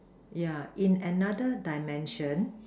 yeah in another dimension